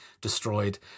destroyed